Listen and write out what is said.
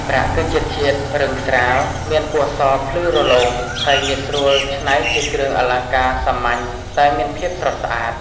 ប្រាក់ គឺជាធាតុរឹងស្រាល មានពណ៌សភ្លឺរលោង ហើយងាយស្រួលច្នៃជាគ្រឿងអលង្ការសាមញ្ញតែមានភាពស្រស់ស្អាត។